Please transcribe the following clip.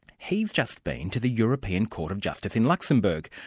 he has just been to the european court of justice in luxembourg,